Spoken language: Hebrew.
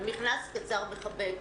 במכנס קצר מכבד.